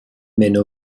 منو